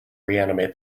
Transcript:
reanimate